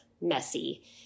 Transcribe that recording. messy